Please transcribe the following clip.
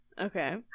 okay